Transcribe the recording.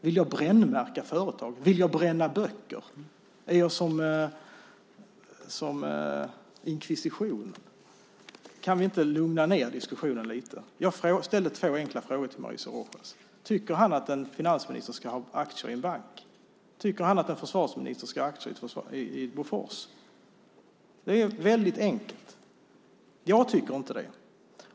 Vill jag brännmärka företag? Vill jag bränna böcker? Är jag som man var under inkvisitionen? Kan vi inte lugna ned diskussionen lite? Jag ställde två enkla frågor till Mauricio Rojas: Tycker han att en finansminister ska ha aktier i en bank? Tycker han att en försvarsminister ska ha aktier i Bofors? Det är väldigt enkelt. Jag tycker inte det.